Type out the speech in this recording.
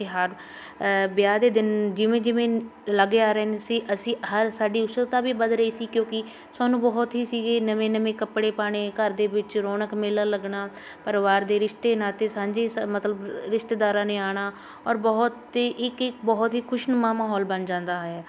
ਤਿਉਹਾਰ ਵਿਆਹ ਦੇ ਦਿਨ ਜਿਵੇਂ ਜਿਵੇਂ ਲਾਗੇ ਆ ਰਹੇ ਨੇ ਸੀ ਅਸੀਂ ਹਰ ਸਾਡੀ ਉਸਤਤਾ ਵੀ ਵਧ ਰਹੀ ਸੀ ਕਿਉਂਕਿ ਸਾਨੂੰ ਬਹੁਤ ਹੀ ਸੀਗੇ ਨਵੇਂ ਨਵੇਂ ਕੱਪੜੇ ਪਾਉਣੇ ਘਰ ਦੇ ਵਿੱਚ ਰੌਣਕ ਮੇਲਾ ਲੱਗਣਾ ਪਰਿਵਾਰ ਦੇ ਰਿਸ਼ਤੇ ਨਾਤੇ ਸਾਂਝੇ ਸ ਮਤਲਬ ਰਿਸ਼ਤੇਦਾਰਾਂ ਨੇ ਆਉਣਾ ਔਰ ਬਹੁਤ ਹੀ ਇੱਕ ਇੱਕ ਬਹੁਤ ਹੀ ਖੁਸ਼ਨੁਮਾ ਮਾਹੌਲ ਬਣ ਜਾਂਦਾ ਹੈ